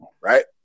right